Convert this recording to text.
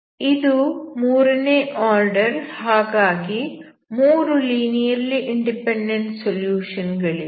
ಇದು ಮೂರನೇ ಆರ್ಡರ್ ಹಾಗಾಗಿ 3 ಲೀನಿಯರ್ಲಿ ಇಂಡಿಪೆಂಡೆಂಟ್ ಸೊಲ್ಯೂಷನ್ ಗಳಿವೆ